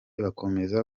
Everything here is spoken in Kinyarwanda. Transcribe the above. bakomeza